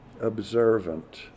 observant